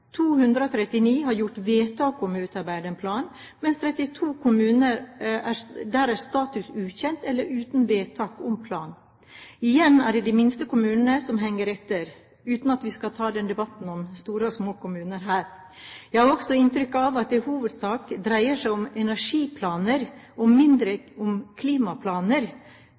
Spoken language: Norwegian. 239 har gjort vedtak om å utarbeide en plan, mens i 32 kommuner er status ukjent eller uten vedtak om plan. Igjen er det de minste kommunene som henger etter – uten at vi skal ta debatten om store og små kommuner her. Jeg har også inntrykk av at det i hovedsak dreier seg om energiplaner og mindre om klimaplaner,